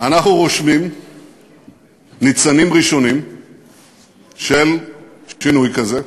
אנחנו רושמים ניצנים ראשונים של שינוי כזה,